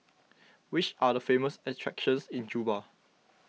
which are the famous attractions in Juba